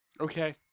Okay